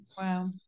Wow